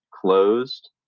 closed